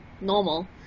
normal